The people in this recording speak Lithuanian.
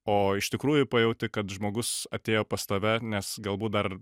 o iš tikrųjų pajauti kad žmogus atėjo pas tave nes galbūt dar